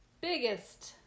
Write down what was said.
biggest